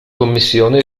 commissione